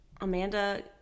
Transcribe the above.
Amanda